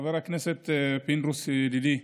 חבר הכנסת פינדרוס, ידידי,